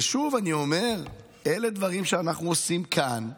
ושוב אני אומר, אלה דברים שאנחנו עושים כאן,